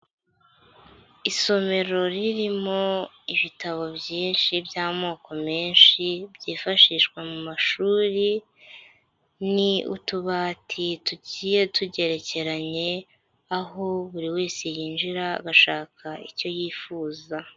Isomero ririmo ibitabo byinshi by'amoko menshi byifashishwa mu mashuri, ni utubati tugiye tugerekeranye, aho buri wese yinjira agashaka icyo yifuza.